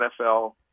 NFL